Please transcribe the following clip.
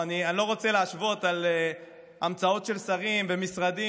אני לא רוצה להשוות על המצאות של שרים ומשרדים